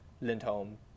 Lindholm